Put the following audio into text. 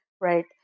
Right